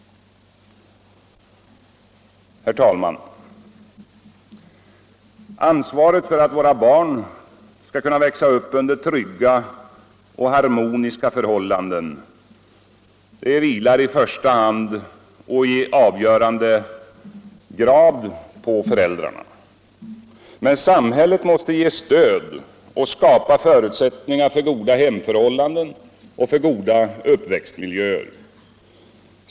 Herr talman! Ansvaret för att våra barn skall kunna växa upp under trygga och harmoniska förhållanden vilar i första hand och i avgörande grad på föräldrarna. Men samhället måste ge stöd och skapa förutsättningar för goda hemförhållanden och goda uppväxtmiljöer.